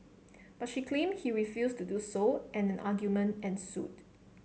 but she claimed he refused to do so and an argument ensued